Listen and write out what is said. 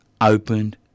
opened